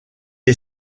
est